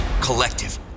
collective